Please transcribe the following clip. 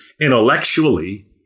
intellectually